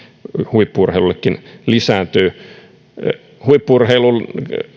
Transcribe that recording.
huippu urheilullekin lisääntyy kuitenkin huippu urheilun